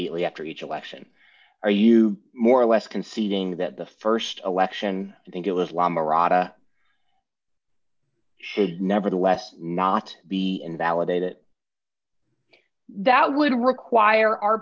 the only after each election are you more or less conceding that the st election i think it was la mirada should nevertheless not be invalidated that would require our